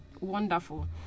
wonderful